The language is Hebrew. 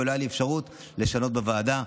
ולא הייתה לי אפשרות לשנות בוועדה.